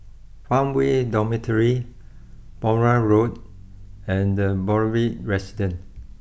Farmway Dormitory Balmoral Road and Boulevard Residence